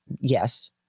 yes